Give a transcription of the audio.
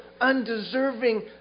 undeserving